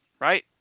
right